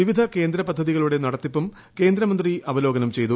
വിവിധ കേന്ദ്ര പദ്ധതികളുടെ നടത്തിപ്പും കേന്ദ്രമന്ത്രി അവലോകനം ചെയ്തു